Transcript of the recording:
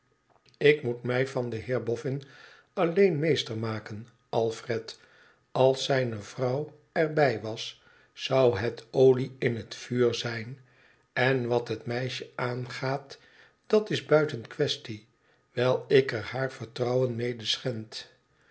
ik moet mij van den heer boffin alleen meester maken alfred als zijne vrouw er bij was zou het olie in het vuur zijn en wat het meisje aangaat dat is buiten quaestie wijl ik er haar vertrouwen mede